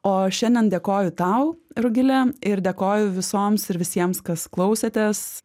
o šiandien dėkoju tau rugile ir dėkoju visoms ir visiems kas klausėtės